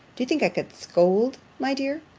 did you think i could scold, my dear?